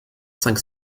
cinq